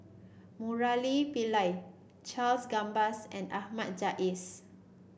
Murali Pillai Charles Gambas and Ahmad Jais